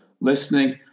listening